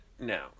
no